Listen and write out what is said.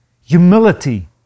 humility